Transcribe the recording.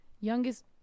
youngest